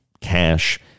cash